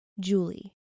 Julie